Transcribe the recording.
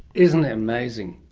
isn't that amazing.